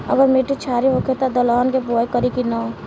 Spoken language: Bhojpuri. अगर मिट्टी क्षारीय होखे त दलहन के बुआई करी की न?